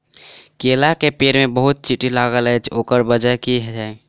केला केँ पेड़ मे बहुत चींटी लागल अछि, ओकर बजय की छै?